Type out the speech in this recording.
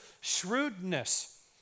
shrewdness